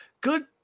good